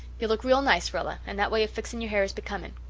you look real nice, rilla, and that way of fixing your hair is becoming.